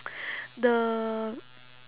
the